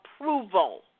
approval